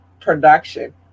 Production